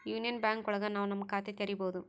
union bank ಒಳಗ ನಾವ್ ನಮ್ ಖಾತೆ ತೆರಿಬೋದು